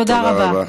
תודה רבה.